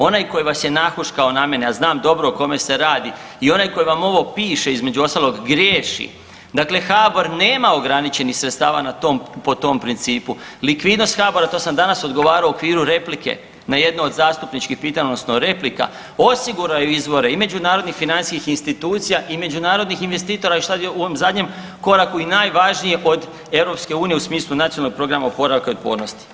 Onaj koji vas je nahušako na mene, a znam dobro o kome se radi i onaj koji vam ovo piše između ostalog, griješi, dakle HABOR nema ograničenih sredstava na tom, po tom principu, likvidnost HABOR-a to sam danas odgovarao u okviru replike na jedno od zastupničkih pitanja odnosno replika, osigurao je izvore i međunarodnih financijskih institucija i međunarodnih investitora i šta je u ovom zadnjem koraku i najvažnije od EU u smislu Nacionalnog programa oporavka i otpornosti.